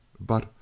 But